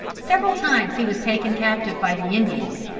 several times he was taken captive by the indians,